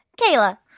Kayla